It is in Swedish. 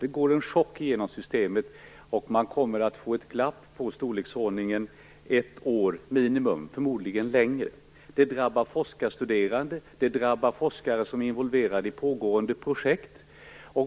Det går en chock genom systemet, och man kommer att få ett glapp på i storleksordningen ett år som minimum, förmodligen längre. Det drabbar forskarstuderande, det drabbar forskare som är involverade i pågående projekt.